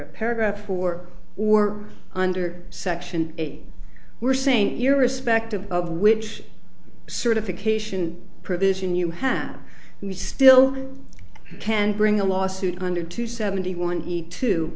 paragraph four or under section eight we're saying irrespective of which certification provision you have we still can bring a lawsuit under to seventy one eat two